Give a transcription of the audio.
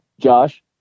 Josh